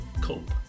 cope